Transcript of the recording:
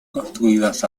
construidas